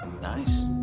Nice